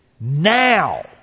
now